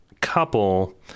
couple